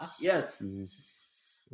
Yes